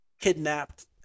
kidnapped